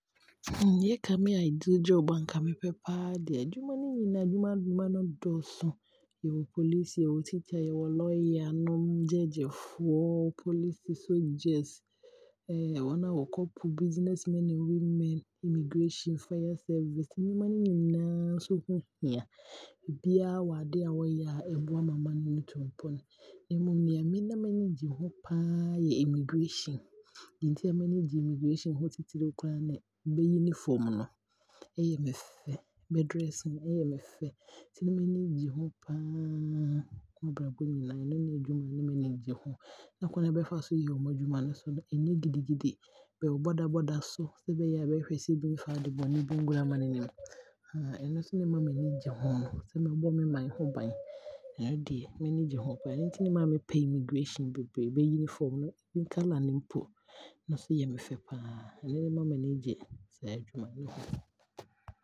Yɛka me ideal job a mepɛ paa deɛ a, nka adwuma no dɔɔso, nyinaa nnwuma nnwuma no, yɛwɔ police, soldier, wɔa wɔkɔ po, businessmen and women, immigration, fire service, nnwuma no nyinaa nso ho yia, biaa wɔ adeɛ a wɔyɛ a ɛboa ma mane no tu mpɔn, na mmom ne nea na m'ani gye ho paa yɛ immigration. Deɛ nti a m'ani gye immigration ho titire koraa ne bɛ uniform no, ɛyɛ me fɛ, bɛ dressing ɛyɛ me fɛ, nti na m'ani gye ho paa, m'abrabɔ nyinna ɛno ne yɛ adwumma a na m'ani gye ho, ne kwane a bɛfa so yɛ bɛadwuma nso no, ɔnnyɛ gidigidi, bɛwɔ border border so, ne bɛhwɛ sɛdeɛ ɛbɛyɛ a obi mfa ade bɔne bi mmɛwura mane no mu. Ɛno nso ne ma m'ani gye ho no, sɛ mɛbɔ me mane ho bane ɛno deɛ m'ani gye ho paa, ɛno nti ne maa me pɛɛ immigration beberee no, bɛ uniform colour no mpo, ɛno nso yɛ me fɛ paa, ɛno nso ne ma m'ani gye saa adwuma no ho.